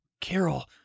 Carol